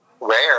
rare